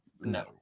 No